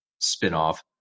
spinoff